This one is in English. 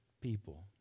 people